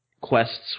quests